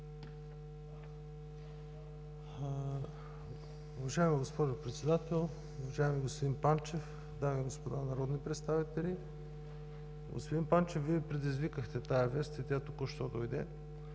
Уважаема госпожо Председател, уважаеми господин Панчев, дами и господа народни представители! Господин Панчев, Вие предизвикахте тази вест и тя току-що дойде